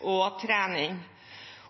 og -trening.